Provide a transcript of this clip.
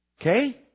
Okay